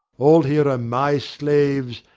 all here are my slaves,